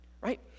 Right